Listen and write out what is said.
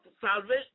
salvation